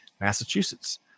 Massachusetts